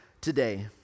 today